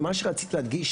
ומה שרציתי להדגיש,